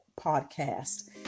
podcast